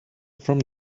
from